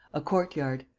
a court-yard,